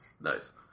Nice